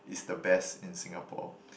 is the best in Singapore